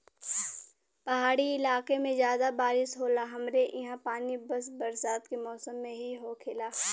पहाड़ी इलाके में जादा बारिस होला हमरे ईहा पानी बस बरसात के मौसम में ही होखेला